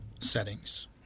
settings